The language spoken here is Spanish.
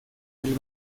del